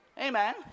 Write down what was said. Amen